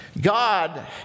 God